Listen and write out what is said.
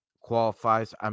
qualifies